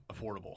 affordable